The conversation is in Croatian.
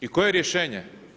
I koje je rješenje?